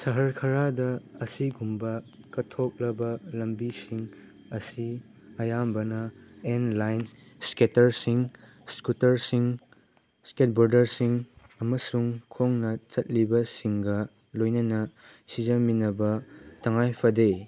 ꯁꯍꯔ ꯈꯔꯗ ꯑꯁꯤꯒꯨꯝꯕ ꯀꯠꯊꯣꯛꯂꯕ ꯂꯝꯕꯤꯁꯤꯡ ꯑꯁꯤ ꯑꯌꯥꯝꯕꯅ ꯑꯦꯟ ꯂꯥꯏꯟ ꯁ꯭ꯀꯦꯇꯔꯁꯤꯡ ꯁ꯭ꯀꯨꯇꯔꯁꯤꯡ ꯁ꯭ꯀꯦꯠ ꯕꯣꯗꯔꯁꯤꯡ ꯑꯃꯁꯨꯡ ꯈꯣꯡꯅ ꯆꯠꯂꯤꯕꯁꯤꯡꯒ ꯂꯣꯏꯅꯅ ꯁꯤꯖꯟꯃꯤꯟꯅꯕ ꯇꯉꯥꯏ ꯐꯗꯦ